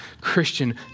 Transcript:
Christian